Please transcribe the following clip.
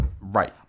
Right